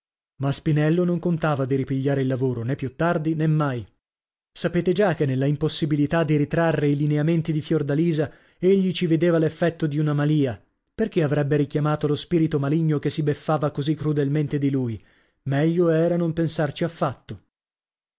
ma spinello non contava di ripigliare il lavoro nè più tardi nè mai sapete già che nella impossibilità di ritrarre i lineamenti di fiordalisa egli ci vedeva l'effetto di una malia perchè avrebbe richiamato lo spirito maligno che si beffava così crudelmente di lui meglio era non pensarci affatto